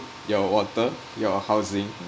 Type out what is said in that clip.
your water your housing